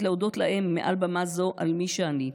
להודות להם מעל במה זו על מי שאני,